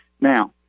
Now